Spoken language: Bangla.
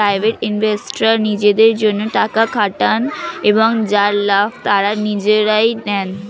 প্রাইভেট ইনভেস্টররা নিজেদের জন্যে টাকা খাটান এবং যার লাভ তারা নিজেরাই নেন